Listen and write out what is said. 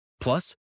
Plus